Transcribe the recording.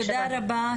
תודה רבה.